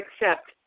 accept